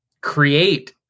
create